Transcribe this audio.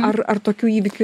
ar ar tokių įvykių